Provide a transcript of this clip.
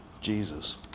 Jesus